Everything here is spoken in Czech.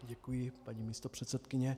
Děkuji, paní místopředsedkyně.